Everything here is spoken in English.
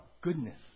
Goodness